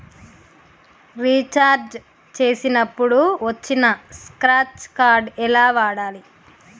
Recharge చేసినప్పుడు వచ్చిన scratch card ఎలా వాడాలి?